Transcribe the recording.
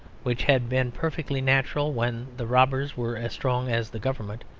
which had been perfectly natural when the robbers were as strong as the government,